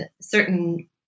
certain